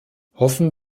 hoffen